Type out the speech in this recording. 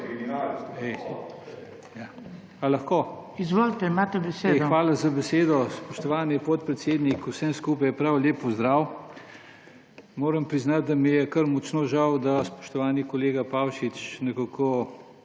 Hvala za besedo, spoštovani podpredsednik. Vsem skupaj prav lep pozdrav! Moram priznati, da mi je kar močno žal, da spoštovani kolega Pavšič ni